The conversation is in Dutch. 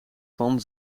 van